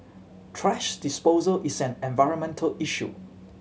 thrash disposal is an environmental issue